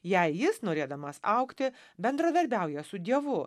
jei jis norėdamas augti bendradarbiauja su dievu